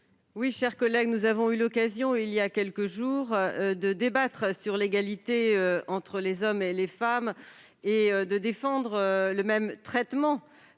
la commission ? Nous avons eu l'occasion, voilà quelques jours, de débattre sur l'égalité entre les hommes et les femmes et de défendre un même traitement